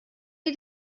did